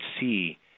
see